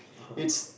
it's